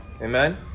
Amen